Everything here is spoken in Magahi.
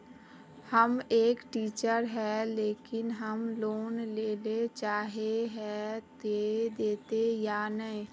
हम एक टीचर है लेकिन हम लोन लेले चाहे है ते देते या नय?